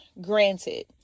granted